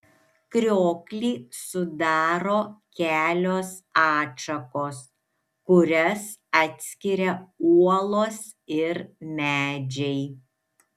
krioklį sudaro kelios atšakos kurias atskiria uolos ir medžiai